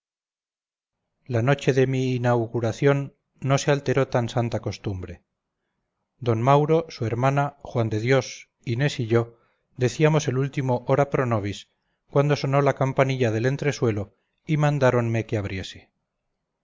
la noche de mi inauguración no se alteró tan santa costumbre d mauro su hermana juan de dios inés y yo decíamos el último ora pro nobis cuando sonó la campanilla del entresuelo y mandáronme que abriese